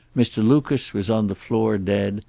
mr. lucas was on the floor dead,